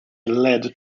led